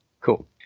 Cool